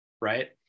right